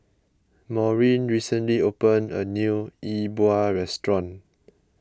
Maurine recently opened a new E Bua restaurant